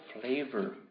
flavor